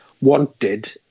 wanted